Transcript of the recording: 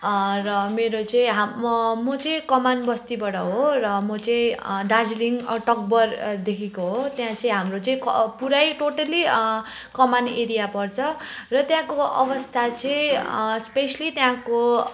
र मेरो चाहिँ म म चाहिँ कमानबस्तीबाट हो र म चाहिँ दार्जिलिङ तकभरदेखिको हो त्यहाँ चाहिँ हाम्रो चाहिँ क पुरै टोटल्ली कमान एरिया पर्छ र त्यहाँको अवस्था चाहिँ स्पेसियली त्यहाँको